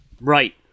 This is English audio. Right